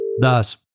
Thus